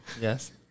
yes